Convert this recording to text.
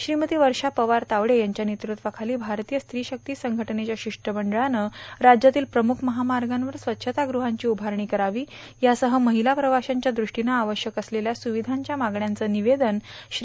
श्रीमती वर्षा पवार तावडे यांच्या नेतत्वाखाली भारतीय स्त्री शक्ती संघटनेच्या शिष्टमंडळानं राज्यातील प्रमुख महामार्गावर स्वच्छतागुझंची उभारणी करावी यासह महिला प्रवाशांच्यादृष्टीनं आवश्यक असलेल्या सुविधांच्या मागण्यांचं निवेदन श्री